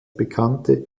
bekannte